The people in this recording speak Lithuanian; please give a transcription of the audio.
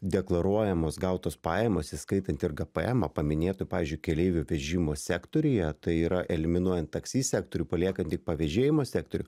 deklaruojamos gautos pajamos įskaitant ir gpmą paminėtų pavyzdžiui keleivių vežimo sektoriuje tai yra eliminuojant taksi sektorių paliekant tik pavėžėjimo sektoriuje